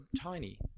tiny